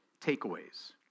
takeaways